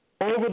over